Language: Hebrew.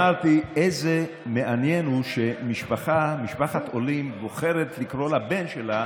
וכל פעם אמרתי איזה מעניין הוא שמשפחת עולים בוחרת לקרוא לבן שלה